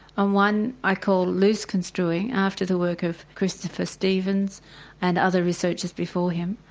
and one i call loose-construing after the work of christopher stevens and other researchers before him,